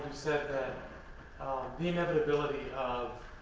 said that the inevitability of